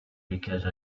because